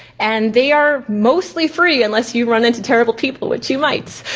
and they are mostly free, unless you run into terrible people, which you might.